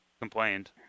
complained